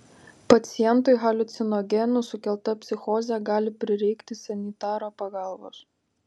pacientui haliucinogenų sukelta psichozė gali prireikti sanitaro pagalbos